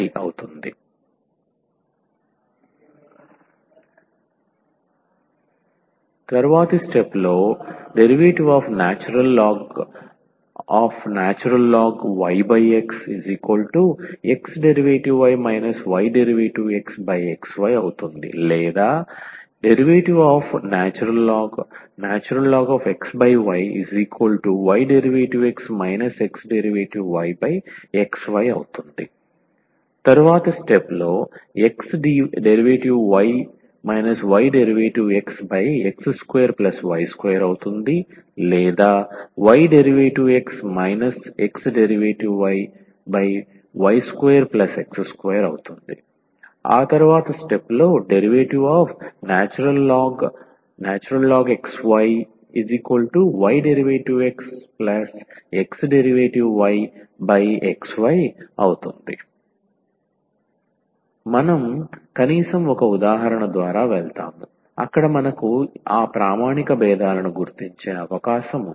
iii dln yx xdy ydxxy ordln xy ydx xdyxy iv xdy ydxx2y2 orydx xdyy2x2 v d ydxxdyxy మనం కనీసం ఒక ఉదాహరణ ద్వారా వెళ్తాము అక్కడ మనకు ఆ ప్రామాణిక భేదాలను గుర్తించే అవకాశం ఉంది